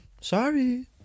Sorry